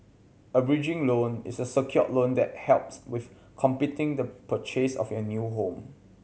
a bridging loan is a secured loan that helps with completing the purchase of your new home